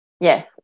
Yes